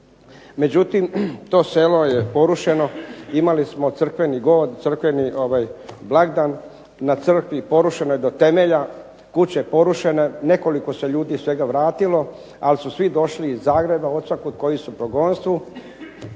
međutim to selo je porušeno. Imali smo crkveni god, crkveni blagdan, na crkvi porušenoj do temelja. Kuće porušene. Nekoliko se ljudi svega se vratilo, ali su svi došli iz Zagreba od svakud koji su u progonstvu.